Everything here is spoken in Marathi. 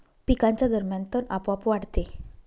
पिकांच्या दरम्यान तण आपोआप वाढते